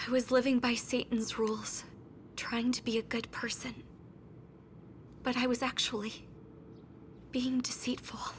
who is living by sea rules trying to be a good person but i was actually being deceitful